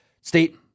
state